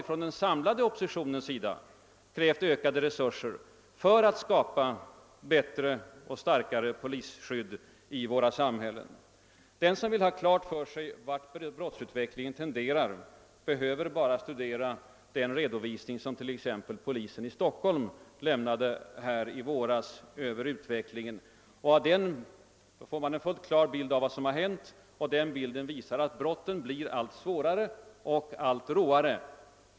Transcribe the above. Från den samlade oppositionens sida har vi år efter år krävt ökade resurser för att skapa bättre polisskydd i våra samhällen. Den som vill ha klart för sig vart brottsutvecklingen tenderar behöver bara studera den redovisning över utvecklingen som polisen i Stockholm lämnade i våras. Av den får man en klar bild av vad som hänt, och man finner att brotten blir allt svårare och allt råare.